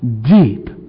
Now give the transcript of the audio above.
deep